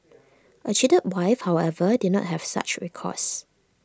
A cheated wife however did not have such recourse